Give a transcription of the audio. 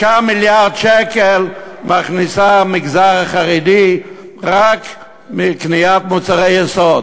6 מיליארד שקל מכניס המגזר החרדי רק מקניית מוצרי יסוד,